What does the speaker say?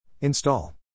Install